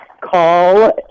Call